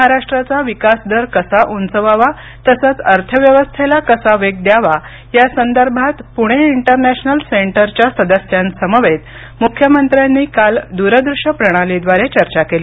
महाराष्ट्राचा विकास दर कसा उंचवावा तसंच अर्थव्यवस्थेला कसा वेग द्यावा यासंदर्भात पुणे इंटरनॅशनल सेंटरच्या सदस्यांसमवेत मुख्यमंत्र्यांनी काल दूरदृश्य प्रणालीद्वारे चर्चा केली